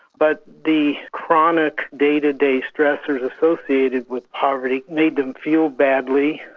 but the chronic day-to-day stressors associated with poverty made them feel badly,